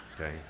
Okay